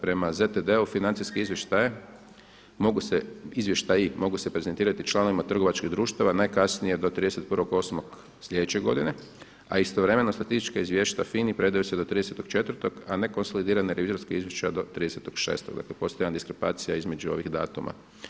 Prema ZTD-u financijski izvještaji mogu se prezentirati članovima trgovačkih društava najkasnije do 31.8. sljedeće godine, a istovremeno statistička izvješća FINA-i predaju se do 30.4. a ne konsolidirana revizorska izvješća do 30.6. dakle postoji jedan diskrepancija između ovih datuma.